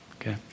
okay